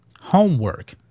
Homework